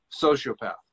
sociopath